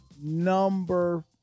Number